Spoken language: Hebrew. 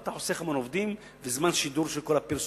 ואתה חוסך המון עובדים וזמן שידור של כל הפרסומות,